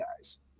guys